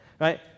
right